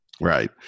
Right